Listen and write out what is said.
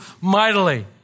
mightily